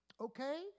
Okay